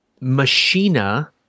Machina